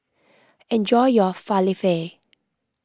enjoy your Falafel